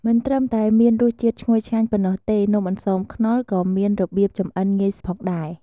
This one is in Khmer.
មិនត្រឹមតែមានរសជាតិឈ្ងុយឆ្ងាញ់ប៉ុណ្ណោះទេ នំអន្សមខ្នុរក៏មានរបៀបចម្អិនងាយផងដែរ។